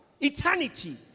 Eternity